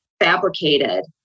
fabricated